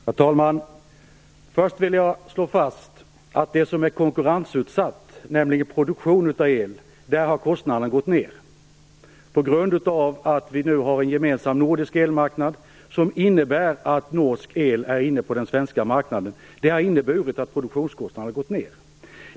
Herr talman! Först vill jag slå fast att för det som är konkurrensutsatt, nämligen produktionen av el, har kostnaden gått ner på grund av att vi nu har en gemensam nordisk elmarknad innebärande att norsk el finns på den svenska marknaden. Detta har alltså inneburit att produktionskostnaderna har gått ner.